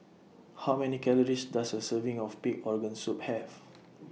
How Many Calories Does A Serving of Pig Organ Soup Have